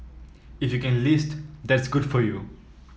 if you can list that's good for you